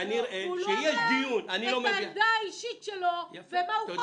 הוא לא אמר את העמדה האישית שלו ומה הוא חושב.